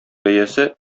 бәясе